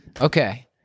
Okay